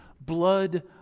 blood